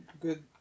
good